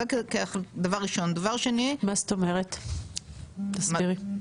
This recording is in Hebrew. מה זאת אומרת, תסבירי?